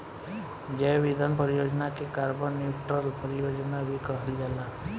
जैव ईंधन परियोजना के कार्बन न्यूट्रल परियोजना भी कहल जाला